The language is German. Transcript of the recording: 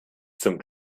zum